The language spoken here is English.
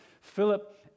Philip